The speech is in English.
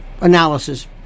analysis